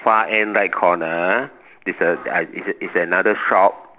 far end right corner is a uh is another shop